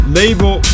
label